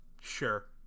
sure